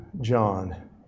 John